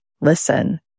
listen